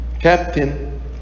captain